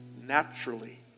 naturally